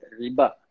riba